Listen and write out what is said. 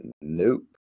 Nope